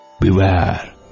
Beware